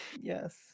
Yes